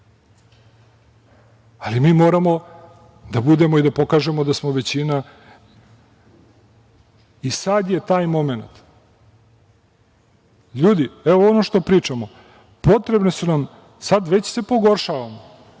ali mi moramo da budemo i da pokažemo da smo većina. Sada je taj momenat. Ljudi, evo ono što pričamo, potrebne su nam, sad već se pogoršavamo,